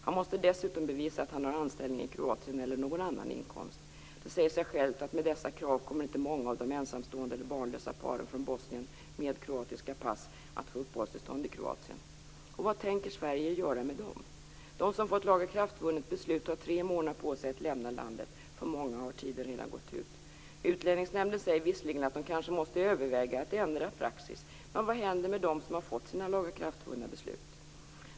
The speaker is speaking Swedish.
Han måste dessutom bevisa att han har anställning i Kroatien eller någon annan inkomst. Det säger sig självt att med dessa krav kommer inte många av de ensamstående eller barnlösa paren från Bosnien med kroatiska pass att få uppehållstillstånd i De som har fått lagakraftvunnet beslut har tre månader på sig att lämna landet. För många har tiden redan gått ut. Utlänningsnämnden säger visserligen att man kanske måste överväga att ändra praxis, men vad händer med dem som har fått sina lagakraftvunna beslut?